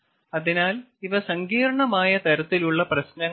അതിനാൽ ഇവ സങ്കീർണ്ണമായ തരത്തിലുള്ള പ്രശ്നങ്ങളാണ്